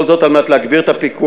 כל זאת על מנת להגביר את הפיקוח,